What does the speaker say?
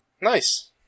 Nice